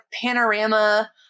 panorama